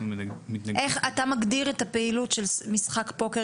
אנחנו מתנגדים --- איך אתה מגדיר את הפעילות של משחק פוקר,